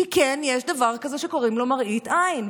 כי כן יש דבר כזה שקוראים לו מראית עין.